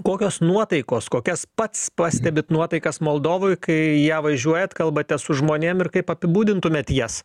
kokios nuotaikos kokias pats pastebit nuotaikas moldovoj kai į ją važiuojat kalbate su žmonėm ir kaip apibūdintumėt jas